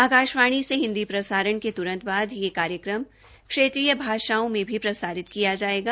आकार्षवाणी से हिन्दी प्रसारण के तुरंत बाद यह कार्यकम क्षेत्रीय भाषाओं में भी प्रसारित किया जायेगा